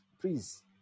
please